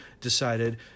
decided